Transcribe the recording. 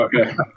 Okay